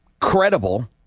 credible